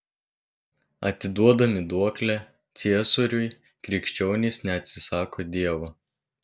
atiduodami duoklę ciesoriui krikščionys neatsisako dievo